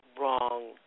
wrong